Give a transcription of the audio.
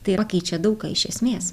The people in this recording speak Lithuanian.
tai pakeičia daug ką iš esmės